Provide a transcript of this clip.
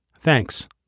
Thanks